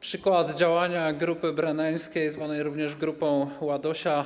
Przykład działania grupy berneńskiej zwanej również grupą Ładosia